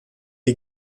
die